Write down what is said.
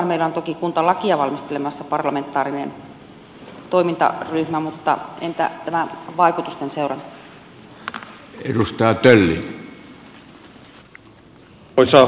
meillä on toki kuntalakia valmistelemassa parlamentaarinen toimintaryhmä mutta entä tämä vaikutusten seuranta